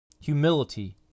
humility